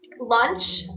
Lunch